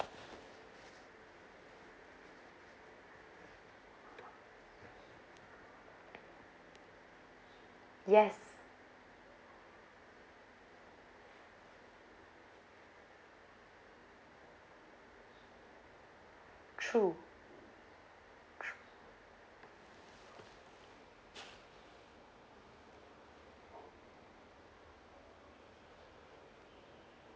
yes true true